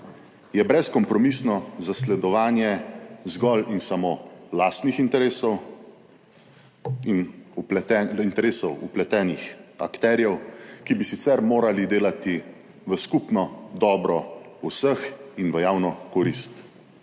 je brezkompromisno zasledovanje zgolj in samo lastnih interesov in interesov vpletenih akterjev, ki bi sicer morali delati v skupno dobro vseh in v javno korist,